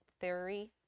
theory